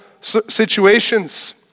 situations